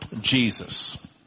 Jesus